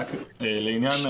רק לאחרונה,